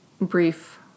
brief